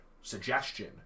suggestion